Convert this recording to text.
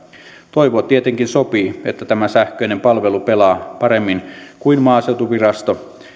toivoa tietenkin sopii että tämä sähköinen palvelu pelaa paremmin kuin maaseutuvirasto